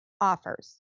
offers